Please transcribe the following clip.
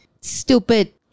stupid